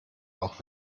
auch